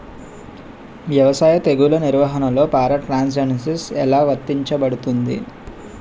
వ్యవసాయ తెగుళ్ల నిర్వహణలో పారాట్రాన్స్జెనిసిస్ఎ లా వర్తించబడుతుంది?